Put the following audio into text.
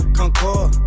concord